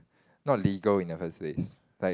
not legal in the first place like